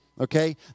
Okay